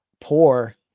poor